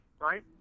Right